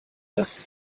das